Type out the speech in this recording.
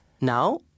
Now